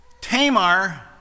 Tamar